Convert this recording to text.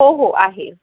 हो हो आहे